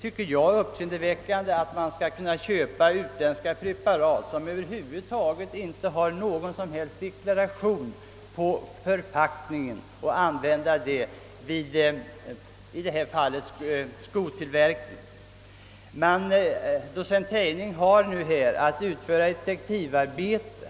Det är uppseendeväckande att man skall köpa in utländska preparat, som inte har någon som helst deklaration på förpackningen, och använda dem, såsom t.ex. i detta fall vid skotillverkning. Docent Teining har nu att utföra ett detektivarbete.